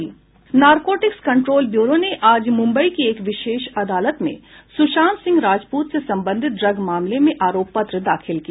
narcotics control bureau ने आज मुंबई की एक विशेष अदालत में सुशांत सिंह राजपूत से संबंधित ड्रग मामले में आरोप पत्र दाखिल किया